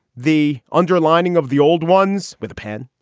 the underlining of the old ones with a pen,